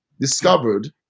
discovered